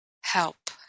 help